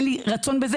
אין לי רצון בזה בכלל.